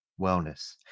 wellness